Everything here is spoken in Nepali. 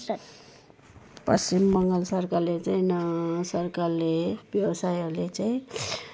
पश्चिम बङ्गाल सरकारले चाहिँ न सरकारले व्यवसायहरूले चाहिँ